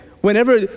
whenever